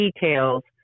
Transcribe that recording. details